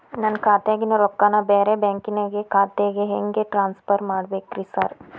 ನನ್ನ ಖಾತ್ಯಾಗಿನ ರೊಕ್ಕಾನ ಬ್ಯಾರೆ ಬ್ಯಾಂಕಿನ ಖಾತೆಗೆ ಹೆಂಗ್ ಟ್ರಾನ್ಸ್ ಪರ್ ಮಾಡ್ಬೇಕ್ರಿ ಸಾರ್?